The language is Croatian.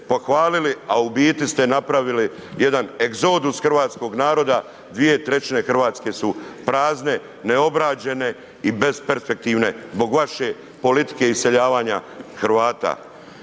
a u biti ste napravili jedan egzodus hrvatskog naroda, 2/3 Hrvatske su prazne, neobrađene i besperspektivne zbog vaše politike iseljavanja Hrvata.